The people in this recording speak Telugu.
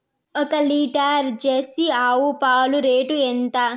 ఒక లీటర్ జెర్సీ ఆవు పాలు రేటు ఎంత?